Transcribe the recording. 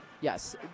Yes